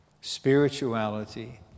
spirituality